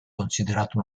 considerate